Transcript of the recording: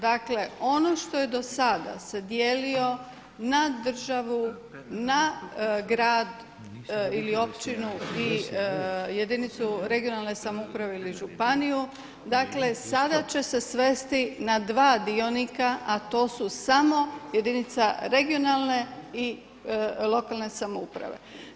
Dakle, ono što je do sada se dijelio na državu, na grad ili općinu i jedinicu regionalne samouprave ili županiju dakle sada će se svesti na dva dionika, a to su samo jedinica regionalne i lokalne samouprave.